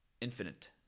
infinite